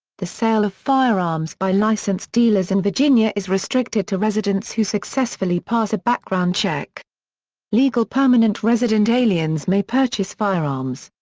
the sale of firearms by licensed dealers in virginia is restricted to residents who successfully pass a background check legal permanent resident aliens may purchase firearms.